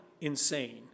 insane